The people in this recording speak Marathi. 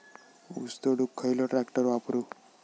ऊस तोडुक खयलो ट्रॅक्टर वापरू?